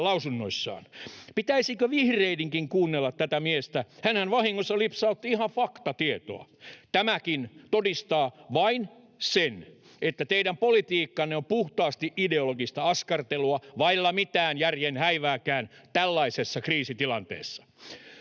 Pitäisikö vihreidenkin kuunnella tätä miestä? Hänhän vahingossa lipsautti ihan faktatietoa. Tämäkin todistaa vain sen, että teidän politiikkanne on puhtaasti ideologista askartelua vailla mitään järjen häivääkään tällaisessa kriisitilanteessa.